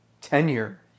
tenure